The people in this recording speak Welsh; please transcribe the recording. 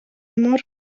mor